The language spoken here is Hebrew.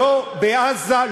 לא בעזה,